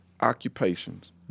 occupations